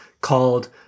called